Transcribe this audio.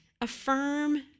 Affirm